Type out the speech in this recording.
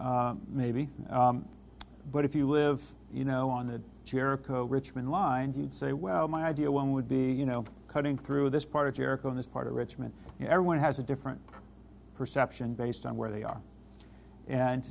maybe but if you live you know on the jericho richmond lines you'd say well my idea one would be you know cutting through this part of jericho in this part of richmond everyone has a different perception based on where they are